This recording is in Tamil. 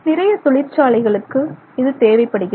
நிறைய தொழிற்சாலைகளுக்கு இது தேவைப்படுகிறது